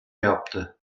yaptı